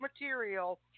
material